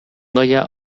gaia